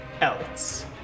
else